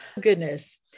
Goodness